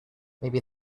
maybe